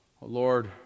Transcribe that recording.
lord